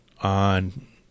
on